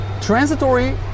Transitory